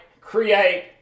create